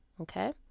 okay